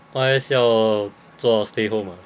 Y_S 要做 stable mah